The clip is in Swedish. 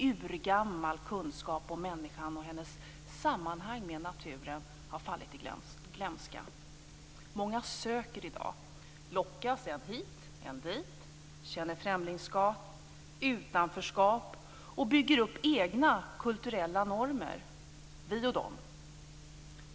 Urgammal kunskap om människan och hennes sammanhang tillsammans med naturen har fallit i glömska. Många söker i dag. Man lockas än hit, än dit. Man upplever främlingskap och utanförskap och bygger upp egna kulturella normer - vi och de.